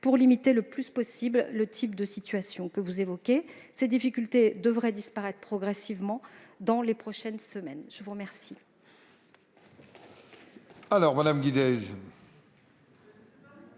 pour limiter le plus possible le type de situation que vous évoquez. Ces difficultés devraient disparaître progressivement dans les prochaines semaines. La parole